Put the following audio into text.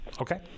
okay